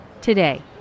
Today